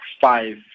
five